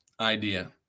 idea